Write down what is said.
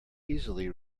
easily